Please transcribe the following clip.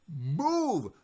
move